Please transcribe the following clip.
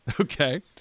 Okay